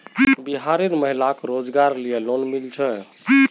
बिहार र महिला क रोजगार रऐ लोन मिल छे